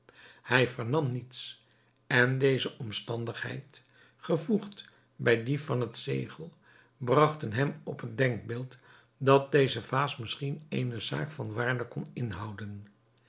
hij vernam niets en deze omstandigheid gevoegd bij die van het zegel bragten hem op het denkbeeld dat deze vaas misschien eene zaak van waarde kon inhouden